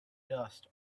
dust